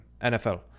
NFL